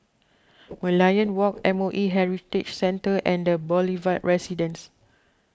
Merlion Walk M O E Heritage Centre and the Boulevard Residence